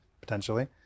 potentially